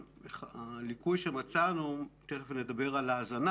הליקוי שמצאנו - תכף אני אדבר על ההזנה